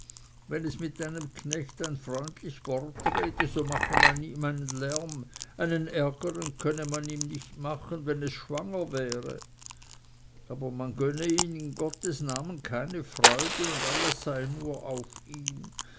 wenn es mit einem knecht ein freundlich wort rede so mache man ihm einen lärm einen ärgern könnte man ihm nicht machen wenn es schwanger wäre aber man gönne ihm in gottsnamen keine freude und alles sei nur auf ihm